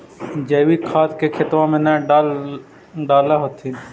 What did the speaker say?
जैवीक खाद के खेतबा मे न डाल होथिं?